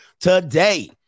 today